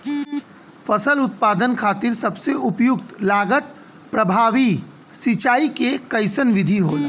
फसल उत्पादन खातिर सबसे उपयुक्त लागत प्रभावी सिंचाई के कइसन विधि होला?